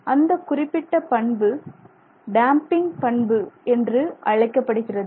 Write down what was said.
அந்தக் குறிப்பிட்ட பண்பு டேம்பிங் பண்பு என்று அழைக்கப்படுகிறது